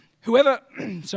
whoever